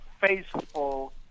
faithful